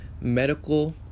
medical